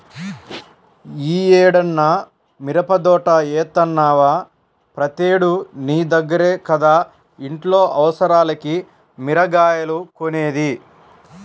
యీ ఏడన్నా మిరపదోట యేత్తన్నవా, ప్రతేడూ నీ దగ్గర కదా ఇంట్లో అవసరాలకి మిరగాయలు కొనేది